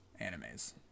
animes